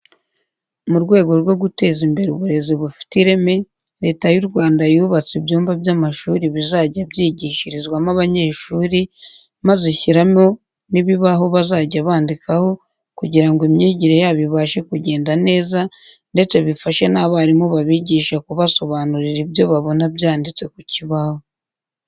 Mu rwego rwo guteza imbere uburezi bufite ireme Leta y'u Rwanda yubatse ibyumba by'amashuri bizajya byigishirizwamo abanyeshuri, maze ishyiramo n'ibibaho bazajya bandikaho kugira ngo imyigire yabo ibashe kugenda neza ndetse bifashe n'abarimu babigisha kubasobanurira ibyo babona byanditse ku kibaho.